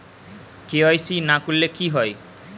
KYC না করলে কি হয়?